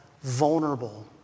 vulnerable